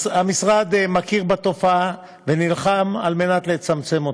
המשרד מכיר בתופעה ונלחם על מנת לצמצם אותה.